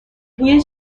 بوی